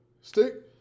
Stick